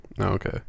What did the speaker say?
okay